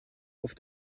auf